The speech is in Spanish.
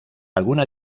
alguna